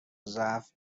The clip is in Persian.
ضعف